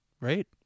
right